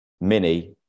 mini